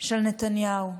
של נתניהו.